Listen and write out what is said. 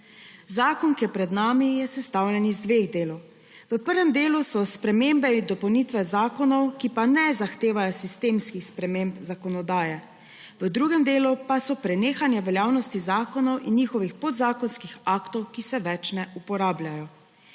Zakon, ki je pred nami, je sestavljen iz dveh delov. V prvem delu so spremembe in dopolnitve zakonov, ki pa ne zahtevajo sistemskih sprememb zakonodaje, v drugem delu pa so prenehanja veljavnosti zakonov in njihovih podzakonskih aktov, ki se več ne uporabljajo.